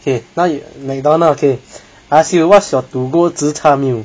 okay now you Mcdonald okay I ask you what's your to go zi char meal